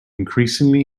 increasingly